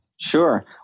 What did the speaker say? Sure